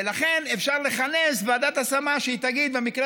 אפשר לכנס ועדת השמה שהיא תגיד: במקרה